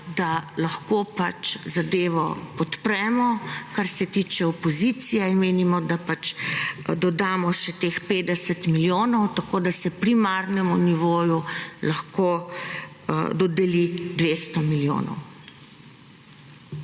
da lahko pač zadevo podpremo, kar se tiče opozicije in menimo, da pač dodamo še teh 50 milijonov, tako da se primarnemu nivoju lahko dodeli 200 milijonov.